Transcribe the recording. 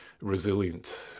resilient